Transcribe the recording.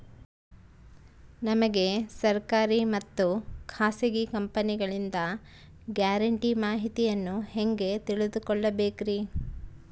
ನಮಗೆ ಸರ್ಕಾರಿ ಮತ್ತು ಖಾಸಗಿ ಕಂಪನಿಗಳಿಂದ ಗ್ಯಾರಂಟಿ ಮಾಹಿತಿಯನ್ನು ಹೆಂಗೆ ತಿಳಿದುಕೊಳ್ಳಬೇಕ್ರಿ?